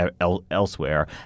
elsewhere